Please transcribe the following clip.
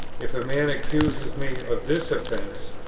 if a man accuses me of this offence,